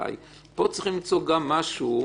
אבל פה צריכים למצוא גם משהו.